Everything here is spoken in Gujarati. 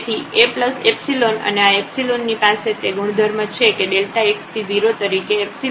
તેથી Aϵ અને આ ની પાસે તે ગુણધર્મ છે કે x→0 તરીકે ϵ→0